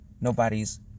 Nobody's